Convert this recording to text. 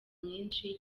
myinshi